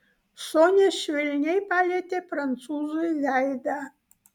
sonia švelniai palietė prancūzui veidą